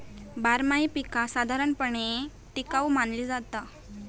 बारमाही पीका साधारणपणे टिकाऊ मानली जाता